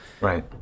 right